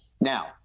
Now